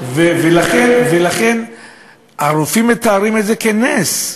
ולכן הרופאים מתארים את זה כנס.